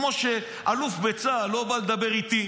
כמו שאלוף בצה"ל לא בא לדבר איתי